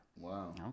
wow